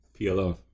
PLO